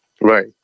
Right